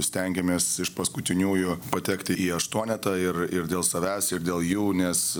stengėmės iš paskutiniųjų patekti į aštuonetą ir ir dėl savęs ir dėl jų nes